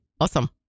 Awesome